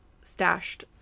stashed